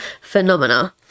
phenomena